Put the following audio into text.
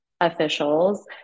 officials